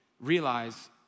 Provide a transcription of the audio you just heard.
realize